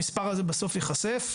המספר הזה בסוף ייחשף.